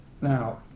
Now